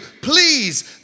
Please